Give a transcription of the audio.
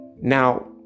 Now